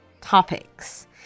topics